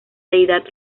deidad